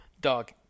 dog